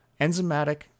enzymatic